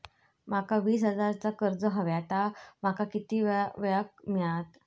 माका वीस हजार चा कर्ज हव्या ता माका किती वेळा क मिळात?